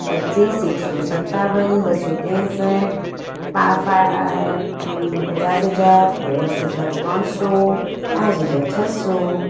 પચીસ એકસો સત્તાવન બસ્સો ત્રેંસઠ પચાસ હજાર દસ હજાર ત્રણસો પાંચ હજાર છસો